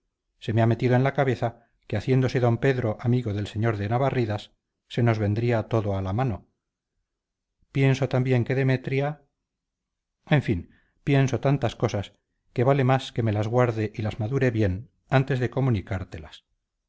se me ha metido en la cabeza que haciéndose d pedro amigo del señor de navarridas se nos vendría todo a la mano pienso también que demetria en fin pienso tantas cosas que vale más que me las guarde y las madure bien antes de comunicártelas